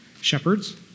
shepherds